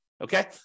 okay